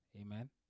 Amen